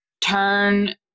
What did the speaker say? turn